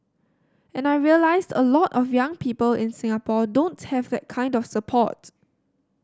and I realised a lot of young people in Singapore don't have that kind of support